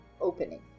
opening